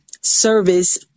service